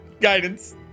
guidance